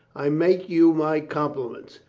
i make you my compliments.